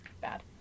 bad